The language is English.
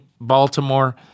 Baltimore